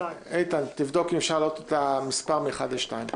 איתן, תבדוק אם אפשר להעלות את המספר מ-1 ל-2.